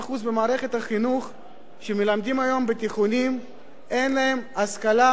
ל-60% שמלמדים היום בתיכונים אין להם השכלה